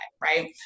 right